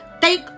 Take